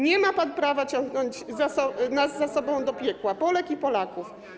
Nie ma pan prawa ciągnąć nas za sobą do piekła, Polek i Polaków.